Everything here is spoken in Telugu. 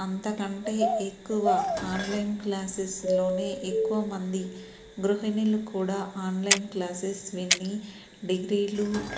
అంతకంటే ఎక్కువ ఆన్లైన్ క్లాసెస్ లోనే ఎక్కువ మంది గృహిణిలు కూడా ఆన్లైన్ క్లాసెస్ విని డిగ్రీలు